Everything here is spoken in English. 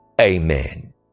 Amen